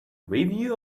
review